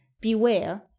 Beware